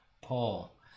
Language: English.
Paul